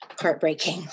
heartbreaking